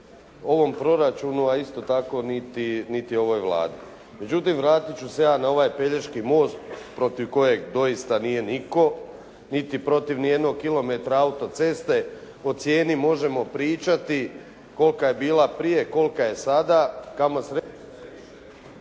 ovom proračunu a isto tako niti, niti ovoj Vladi. Međutim vratit ću se ja na ovaj Pelješki most protiv kojeg doista nije nitko niti protiv nijednog kilometra auto-ceste. O cijeni možemo pričati kolika je bila prije, kolika je sada … /Govornik je